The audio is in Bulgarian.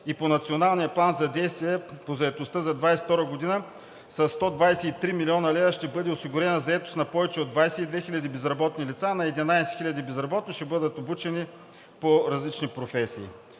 и по националния план за действие по заетостта за 2022 г. със 123 млн. лв. ще бъде осигурена заетост на повече от 22 хиляди безработни лица, а над 11 хиляди безработни ще бъдат обучени по различни професии.